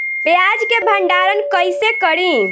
प्याज के भंडारन कईसे करी?